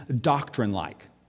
doctrine-like